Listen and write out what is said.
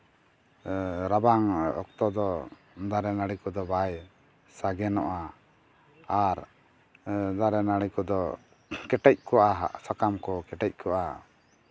ᱨᱟᱵᱟᱝ ᱚᱠᱛᱚ ᱫᱚ ᱫᱟᱨᱮ ᱱᱟᱹᱲᱤ ᱠᱚᱫᱚ ᱵᱟᱭ ᱥᱟᱜᱮᱱᱚᱜᱼᱟ ᱟᱨ ᱫᱟᱨᱮ ᱱᱟᱹᱲᱤ ᱠᱚᱫᱚ ᱠᱮᱴᱮᱡ ᱠᱚᱜᱼᱟ ᱥᱟᱠᱟᱢ ᱠᱚ ᱠᱮᱴᱮᱡ ᱠᱚᱜᱼᱟ